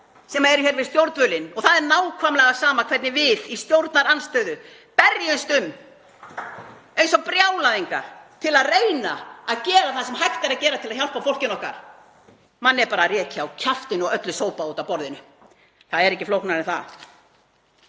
sem eru við stjórnvölinn og það er nákvæmlega sama hvernig við í stjórnarandstöðu berjumst um eins og brjálæðingar til að reyna að gera það sem hægt er að gera til að hjálpa fólkinu okkar. Manni er bara gefið á kjaftinn og öllu sópað út af borðinu. Það er ekki flóknara en það.